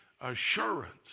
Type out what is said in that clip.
assurance